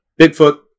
Bigfoot